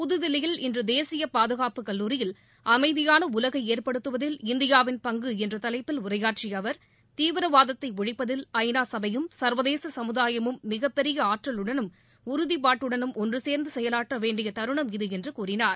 புத்தில்லியில் இன்று தேசிய பாதுகாப்பு கல்லூரியில் அமைதியான உலகை ஏற்படுத்துவதில் இந்தியாவின் பங்கு என்ற தலைப்பில் உரையாற்றிய அவர் தீவிரவாதத்தை ஒழிப்பதில் ஐ நா சபையும் சர்வதேச சமூதாயமும் மிகப் பெரிய ஆற்றலுடனும் உறுதிப்பாட்டுடனும் ஒன்று சேர்ந்து செயலாற்ற வேண்டிய தருணம் இது என்று கூறினார்